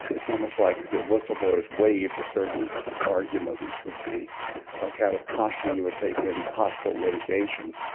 it's almost like there was a boy is waived a certain argument which would be ah kind of partial you were taken hostile litigation.